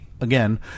again